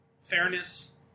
fairness